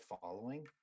following